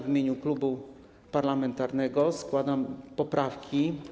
W imieniu klubu parlamentarnego składam poprawki.